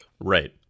Right